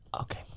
Okay